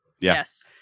Yes